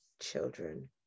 children